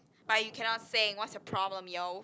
but you cannot sing whats your problem yo